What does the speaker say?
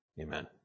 Amen